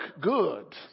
good